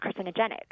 carcinogenic